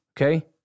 okay